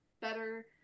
better